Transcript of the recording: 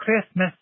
Christmas